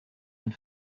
and